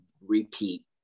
repeat